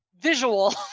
visual